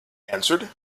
answered